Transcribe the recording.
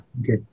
Okay